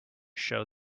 show